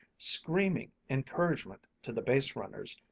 screaming encouragement to the base runners,